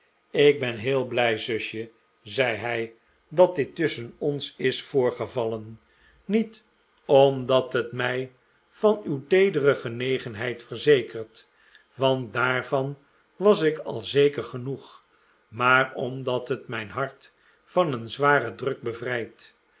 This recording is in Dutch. ik ben heel blij zusje zei hij t dat dit tusschen ons is voorgevallen niet omdat het mij van uw teedere genegenheid verzekert want daarvan was ik al zeker genoeg maar omdat het mijn hart van een zwaren druk bevrijdt